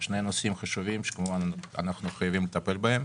שני נושאים חשובים, שכמובן אנחנו חייבים לטפל בהם.